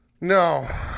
No